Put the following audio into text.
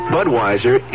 Budweiser